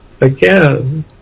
again